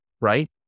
right